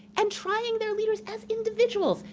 and trying their leaders as individuals,